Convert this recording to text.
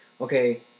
okay